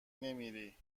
نمیری